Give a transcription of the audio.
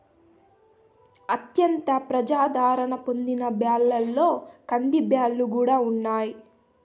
అత్యంత ప్రజాధారణ పొందిన బ్యాళ్ళలో కందిబ్యాల్లు కూడా ఉన్నాయి